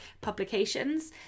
publications